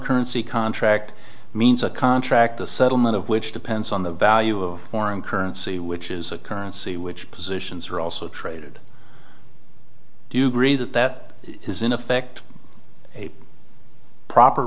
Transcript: currency contract means a contract the settlement of which depends on the value of foreign currency which is a currency which positions are also traded do you agree that that is in effect a proper